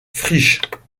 friches